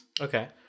Okay